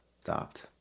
stopped